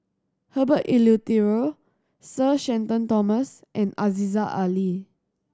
Herbert Eleuterio Sir Shenton Thomas and Aziza Ali